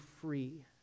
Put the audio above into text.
free